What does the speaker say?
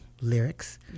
lyrics